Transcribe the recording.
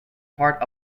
part